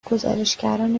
گزارشگران